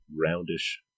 roundish